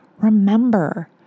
Remember